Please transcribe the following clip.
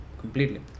completely